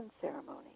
ceremony